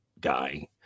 guy